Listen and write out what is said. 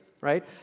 right